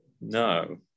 No